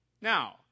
Now